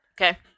Okay